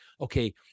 okay